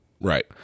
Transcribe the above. Right